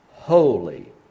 Holy